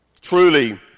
Truly